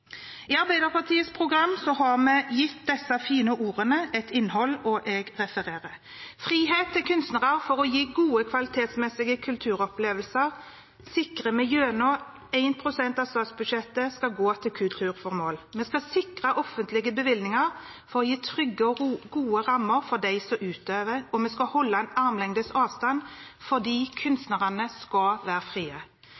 I Arbeiderpartiets program har vi gitt disse fine ordene et innhold. Vi vil sikre frihet for kunstnere til å gi kulturopplevelser av god kvalitet gjennom å gi 1 pst. av statsbudsjettet til kulturformål. Vi vil sikre offentlige bevilgninger slik at utøverne får trygge og gode rammer, og vi skal holde oss på armlengdes avstand fordi